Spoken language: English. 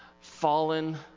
fallen